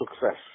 success